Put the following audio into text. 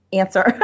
answer